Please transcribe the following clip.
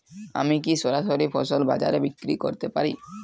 আমি কি সরাসরি ফসল বাজারে বিক্রি করতে পারি?